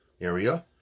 area